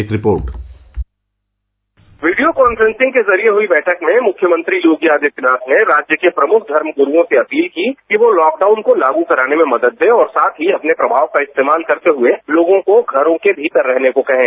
एक report video conferencing के जरिए हुई बैठक में मुख्यमंत्री योगी आदित्यनाथ ने राज्य के प्रमुख धर्मगुरुओं से अपील की कि वे लॉकडाउन को लागू कराने में मदद दें और साथ में अपने प्रभाव का इस्तेमाल करते हुए लोगों को घरों के भीतर रहने को कहें